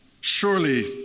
Surely